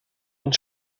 und